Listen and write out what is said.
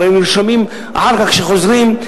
הם הרי נרשמים אחר כך, כשהם חוזרים.